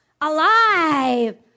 alive